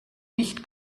nicht